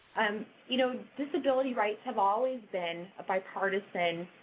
um you know disability rights have always been a bipartisan